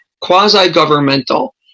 quasi-governmental